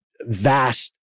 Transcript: vast